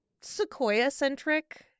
Sequoia-centric